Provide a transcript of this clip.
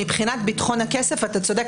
מבחינת ביטחון הכסף אתה צודק.